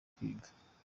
kwiga